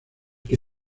que